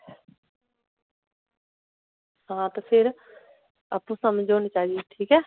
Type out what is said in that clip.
हां ते फिर आपू समझ होनी चाहिदी ठीक ऐ